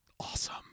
awesome